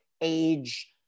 age